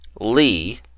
Lee